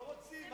לא רוצים.